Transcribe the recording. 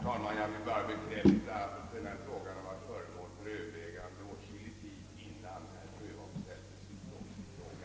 Herr talman! Handelsministern lyckas inte dämpa min glädje över svaret med vad han nu har anfört.